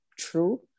true